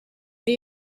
beer